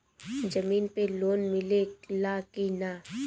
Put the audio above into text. जमीन पे लोन मिले ला की ना?